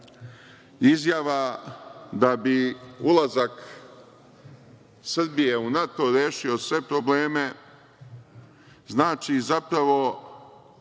da bi ulazak Srbije u NATO rešio sve probleme znači zapravo